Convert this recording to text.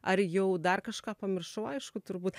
ar jau dar kažką pamiršau aišku turbūt